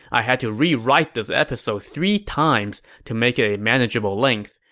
i had to rewrite this episode three times to make it a manageable length,